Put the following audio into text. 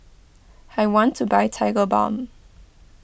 I want to buy Tigerbalm